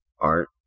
Art